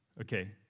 Okay